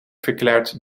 verklaart